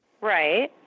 Right